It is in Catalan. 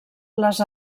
les